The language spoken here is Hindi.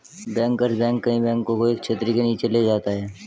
बैंकर्स बैंक कई बैंकों को एक छतरी के नीचे ले जाता है